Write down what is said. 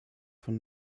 von